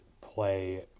play